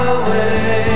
away